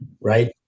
right